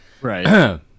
Right